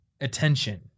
attention